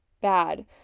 bad